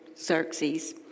Xerxes